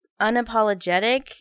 unapologetic